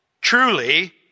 truly